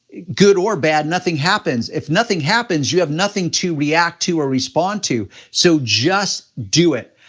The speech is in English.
good or bad, nothing happens. if nothing happens, you have nothing to react to or respond to, so just do it.